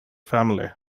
family